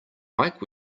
mike